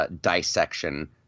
dissection